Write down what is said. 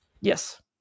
Yes